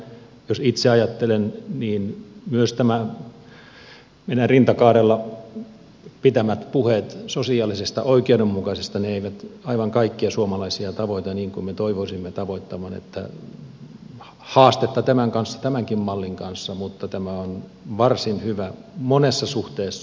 jos itse ajattelen niin nämä rinta kaarella pidetyt puheet sosiaalisesta oikeudenmukaisuudesta eivät aivan kaikkia suomalaisia tavoita niin kuin me toivoisimme niiden tavoittavan joten haastetta tämänkin mallin kanssa on mutta tämä on varsin hyvä monessa suhteessa